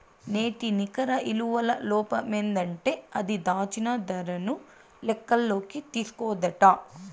నేటి నికర ఇలువల లోపమేందంటే అది, దాచిన దరను లెక్కల్లోకి తీస్కోదట